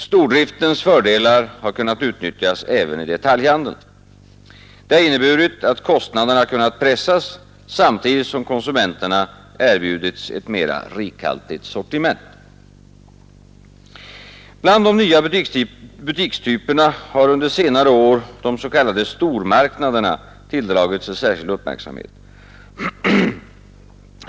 Stordriftens fördelar har kunnat utnyttjas även i detaljhandeln. Det har inneburit att kostnaderna har kunnat pressas samtidigt som konsumenterna erbjudits ett mera rikhaltigt sortiment. Bland de nya butikstyperna har under senare år de s.k. stormarknaderna tilldragit sig särskild uppmärksamhet.